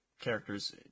characters